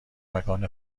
مکان